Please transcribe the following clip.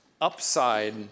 upside